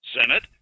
Senate